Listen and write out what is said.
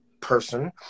person